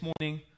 morning